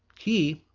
he,